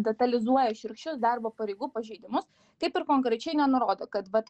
detalizuoja šiurkščius darbo pareigų pažeidimus kaip ir konkrečiai nenurodo kad vat